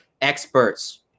experts